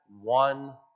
one